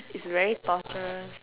is very torturous